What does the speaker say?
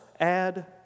Add